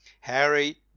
Harry